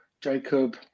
Jacob